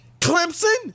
Clemson